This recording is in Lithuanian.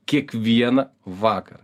kiekvieną vakarą